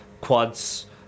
quads